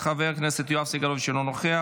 חבר הכנסת יואב סגלוביץ' אינו נוכח,